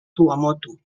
tuamotu